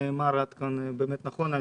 עד כאן, נכון.